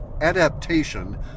adaptation